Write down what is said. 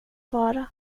vara